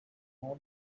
nor